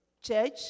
Church